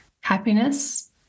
happiness